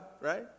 right